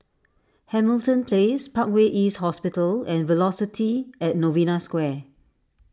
Hamilton Place Parkway East Hospital and Velocity at Novena Square